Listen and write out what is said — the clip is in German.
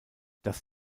das